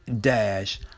Dash